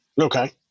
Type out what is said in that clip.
Okay